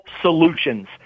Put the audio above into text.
solutions